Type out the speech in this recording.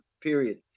period